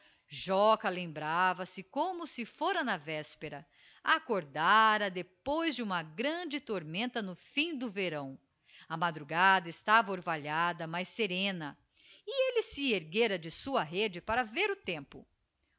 lem brava se como si fora na véspera accordára depois de uma grande tormenta no fim do verão a madrugada estava orvalhada mas serena e elle se erguera de sua rede para ver o tempo